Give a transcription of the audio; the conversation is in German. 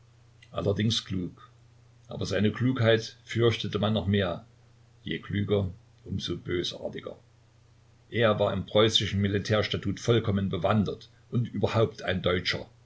allerdings klug aber seine klugheit fürchtete man noch mehr je klüger umso bösartiger er war im preußischen militärstatut vollkommen bewandert und überhaupt ein deutscher